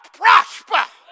prosper